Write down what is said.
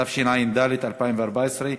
התשע"ד 2014,